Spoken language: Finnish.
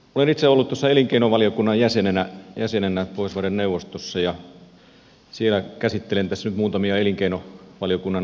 olen itse ollut elinkeinovaliokunnan jäsenenä pohjoismaiden neuvostossa ja käsittelen tässä nyt muutamia elinkeinovaliokunnan asioita